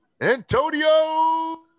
Antonio